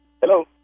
Hello